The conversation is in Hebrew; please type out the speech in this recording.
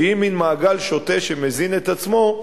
שהיא מין מעגל שוטה שמזין את עצמו,